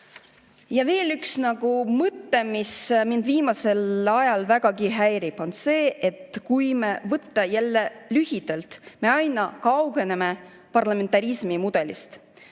Ja veel üks mõte, mis mind viimasel ajal vägagi häirib, on see, et kui võtta jälle lühidalt, siis me aina kaugeneme parlamentarismi mudelist.